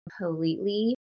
completely